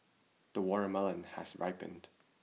the watermelon has ripened